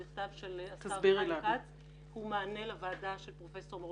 המכתב הוא מענה לוועדה של פרופסור מור